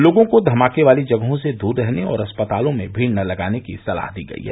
लोगों को धमाके वाली जगहों से दूर रहने और अस्पतालों में भीड़ न लगाने की सलाह दी गई है